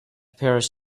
paris